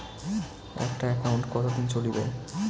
একটা একাউন্ট কতদিন চলিবে?